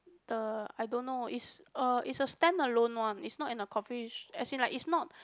the I don't know is a is a stand alone one is not in a coffee as in like it's not